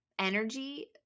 energy